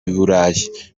burayi